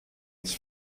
its